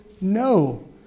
no